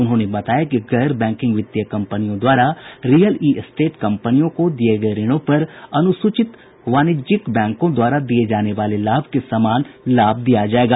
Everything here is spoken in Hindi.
उन्होंने बताया कि गैर बैंकिंग वित्तीय कंपनियों द्वारा रियल एस्टेट कंपनियों को दिये गये ऋणों पर अनुसूचित वाणिज्यिक बैंकों द्वारा दिये जाने वाले लाभ के समान लाभ दिया जायेगा